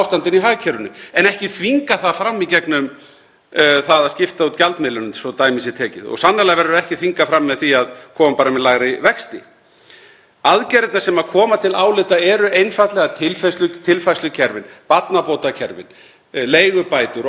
Aðgerðirnar sem koma til álita eru einfaldlega tilfærslukerfi, barnabótakerfið, leigubætur og annað þess háttar. Þetta eru tilfærslukerfi sem hafa reynst vel og skilað árangri og við horfum til þess að nýta ef við sjáum vandann birtast hjá þessum viðkvæmu hópum.